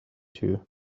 too